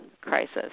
crisis